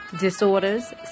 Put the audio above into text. Disorders